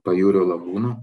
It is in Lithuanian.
pajūrio lagūna